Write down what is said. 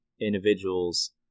individuals